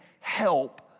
help